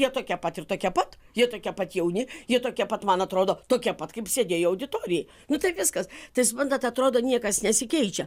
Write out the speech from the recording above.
jie tokie pat ir tokie pat jie tokie pat jauni jie tokie pat man atrodo tokie pat kaip sėdėjo auditorijoj nu tai viskas tai suprantat atrodo niekas nesikeičia